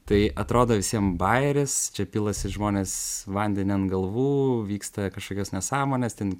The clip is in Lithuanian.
tai atrodo visiem bajeris čia pilasi žmonės vandenį ant galvų vyksta kažkokios nesąmonės ten